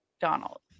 Donald